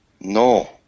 No